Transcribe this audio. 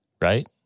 right